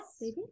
Yes